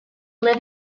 live